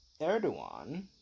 Erdogan